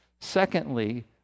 Secondly